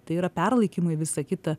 tai yra perlaikymai visa kita